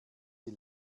die